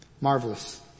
Marvelous